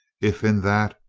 if in that,